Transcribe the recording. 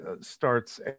starts